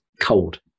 cold